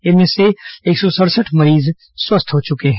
इनमें से एक सौ सड़सठ मरीज स्वस्थ हो चुके हैं